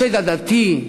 השד הדתי,